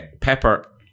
pepper